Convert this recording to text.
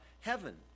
heaven